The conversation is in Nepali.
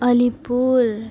अलिपुर